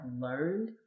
learned